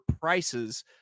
prices